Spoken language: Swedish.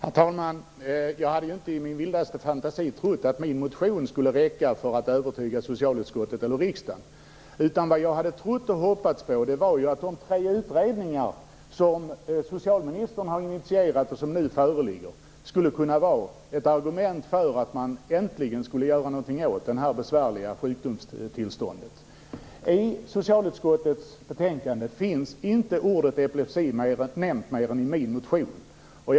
Herr talman! Jag hade inte i min vildaste fantasi trott att min motion skulle räcka för att övertyga socialutskottet eller riksdagen. Jag hade trott och hoppats på att de tre utredningar som socialministern har initierat och som nu föreligger skulle kunna vara ett argument för att man äntligen skulle göra någonting åt det här besvärliga sjukdomstillståndet. I socialutskottets betänkande finns inte ordet epilepsi nämnt mer än i fråga om min motion.